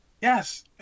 Yes